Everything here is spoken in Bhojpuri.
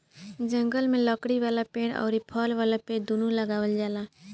जंगल में लकड़ी वाला पेड़ अउरी फल वाला पेड़ दूनो लगावल जाला